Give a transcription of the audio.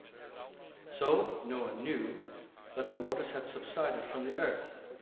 so noah knew that the waters had subsided from the earth.